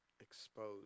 exposed